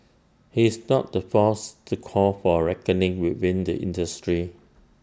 he's not the first to call for A reckoning within the industry